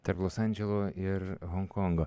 tarp los andželo ir honkongo